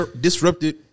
disrupted